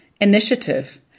initiative